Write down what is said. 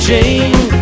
Jane